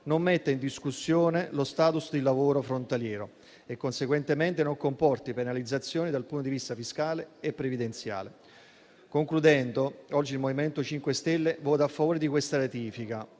non metta in discussione lo *status* di lavoro frontaliero e conseguentemente non comporti penalizzazioni dal punto di vista fiscale e previdenziale. Oggi il MoVimento 5 Stelle voterà a favore di questa ratifica,